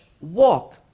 walk